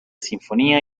sinfonía